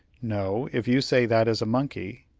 no, if you say that is a monkey.